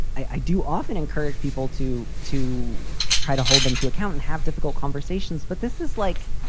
i do often encourage people to to try to hold them to account have difficult conversations. but this is like,